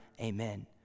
Amen